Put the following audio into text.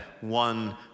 one